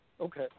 Okay